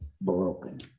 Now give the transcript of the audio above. broken